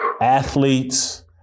athletes